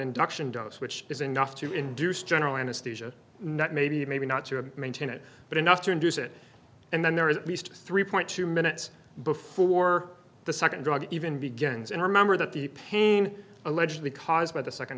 induction dose which is enough to induce general anesthesia maybe maybe not to maintain it but enough to induce it and then there is at least three point two minutes before the second drug even begins and remember that the pain allegedly caused by the second